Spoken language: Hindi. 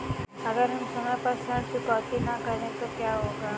अगर हम समय पर ऋण चुकौती न करें तो क्या होगा?